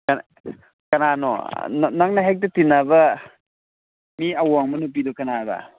ꯀꯅꯥꯅꯣ ꯅꯪꯅ ꯍꯦꯛꯇ ꯇꯤꯟꯅꯕ ꯃꯤ ꯑꯋꯥꯡꯕ ꯅꯨꯄꯤꯗꯨ ꯀꯅꯥꯅꯣ